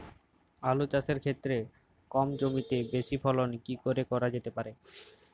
আলু চাষের ক্ষেত্রে কম জমিতে বেশি ফলন কি করে করা যেতে পারে?